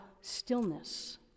stillness